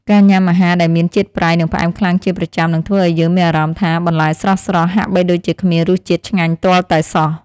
ការញ៉ាំអាហារដែលមានជាតិប្រៃ និងផ្អែមខ្លាំងជាប្រចាំនឹងធ្វើឲ្យយើងមានអារម្មណ៍ថាបន្លែស្រស់ៗហាក់បីដូចជាគ្មានរសជាតិឆ្ងាញ់ទាល់តែសោះ។